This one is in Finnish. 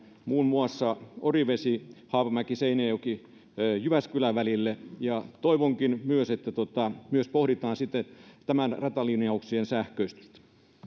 muun muassa orivesi haapamäki seinäjoki jyväskylä välille ja toivonkin että myös pohditaan näiden ratalinjauksien sähköistystä